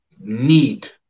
need